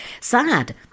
sad